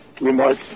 remarks